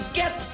get